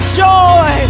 joy